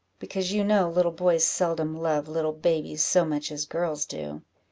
because you know little boys seldom love little babies so much as girls do.